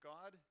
God